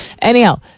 Anyhow